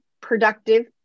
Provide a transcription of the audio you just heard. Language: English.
productive